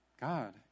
God